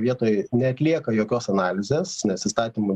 vietoj neatlieka jokios analizės nes įstatymu